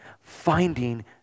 finding